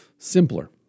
Simpler